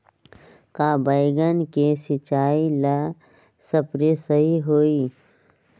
का बैगन के सिचाई ला सप्रे सही होई?